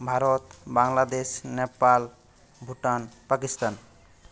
Bharat Bangladesh Nepal Bhutan Pakistan